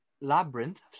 Labyrinth